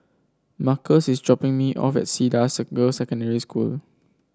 Markus is dropping me off at Cedar the Girls' Secondary School